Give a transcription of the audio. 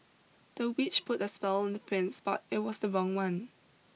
the witch put a spell on the prince but it was the wrong one